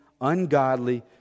ungodly